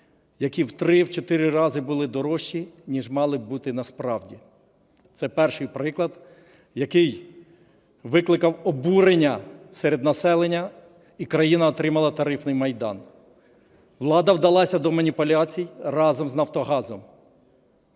які в 3-4 рази були дорожчі, ніж мали бути насправді. Це перший приклад, який викликав обурення серед населення і країна отримала "тарифний майдан". Влада вдалася до маніпуляцій разом з "Нафтогазом".